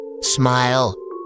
Smile